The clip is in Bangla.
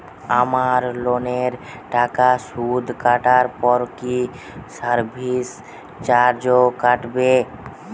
আমার লোনের টাকার সুদ কাটারপর কি সার্ভিস চার্জও কাটবে?